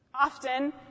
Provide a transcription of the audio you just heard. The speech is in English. Often